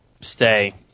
stay